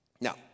Now